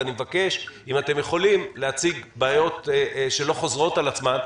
אני מבקש אם אתם יכולים להציג בעיות שלא חוזרות על עצמן,